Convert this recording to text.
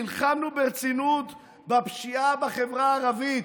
נלחמנו ברצינות בפשיעה בחברה הערבית,